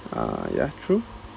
ah ya true